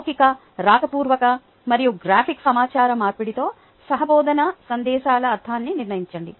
మౌఖిక వ్రాతపూర్వక మరియు గ్రాఫిక్ సమాచార మార్పిడితో సహా బోధనా సందేశాల అర్థాన్ని నిర్ణయించండి